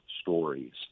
stories